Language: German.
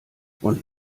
und